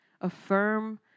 Affirm